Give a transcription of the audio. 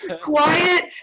quiet